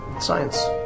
Science